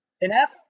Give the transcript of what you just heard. enough